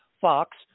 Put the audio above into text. Fox